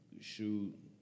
shoot